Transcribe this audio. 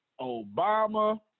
Obama